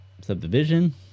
subdivision